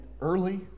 early